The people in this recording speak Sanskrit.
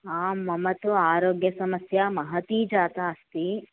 आम् मम तु आरोग्यसमस्या महती जाता अस्ति